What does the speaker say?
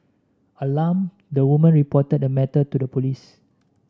alarmed the woman reported the matter to the police